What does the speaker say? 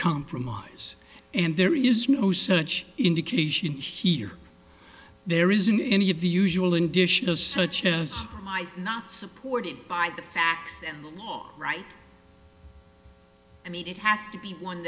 compromise and there is no such indication here there isn't any of the usual and dishes such as i say not supported by the facts right i mean it has to be